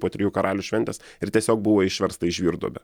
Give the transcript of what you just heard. po trijų karalių šventės ir tiesiog buvo išversta į žvyrduobę